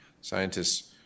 Scientists